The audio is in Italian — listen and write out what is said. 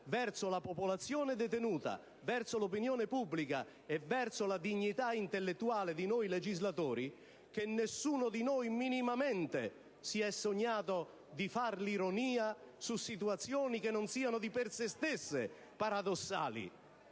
verso la popolazione detenuta, verso l'opinione pubblica e verso la dignità intellettuale di noi legislatori, che nessuno di noi minimamente si è sognato di fare ironia su situazioni che non siano di per se stesse paradossali,